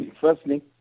firstly